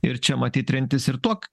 ir čia matyt trintis ir tuok